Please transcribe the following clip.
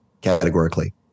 categorically